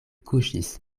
kuŝis